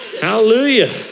hallelujah